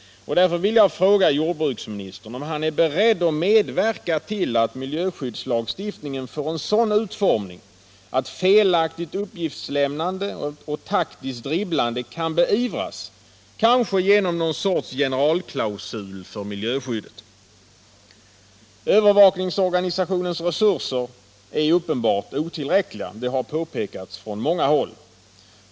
Därför vill jag fråga jordbruksministern om han är beredd att medverka till att miljöskyddslagstiftningen får en sådan utformning att felaktigt uppgiftslämnande och taktiskt dribblande kan beivras, kanske genom någon sorts generalklausul för miljöskyddet. Övervakningsorganisationens resurser är uppenbarligen otillräckliga, det har påpekats från många håll.